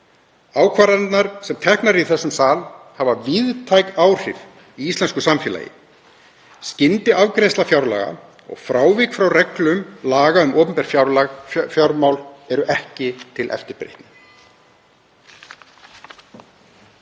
Ákvarðanirnar sem eru teknar í þessum sal hafa víðtæk áhrif í íslensku samfélagi. Skyndiafgreiðsla fjárlaga og frávik frá reglum laga um opinber fjármál eru ekki til eftirbreytni.